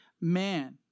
man